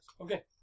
Okay